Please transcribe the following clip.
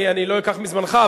אני לא אקח מזמנך,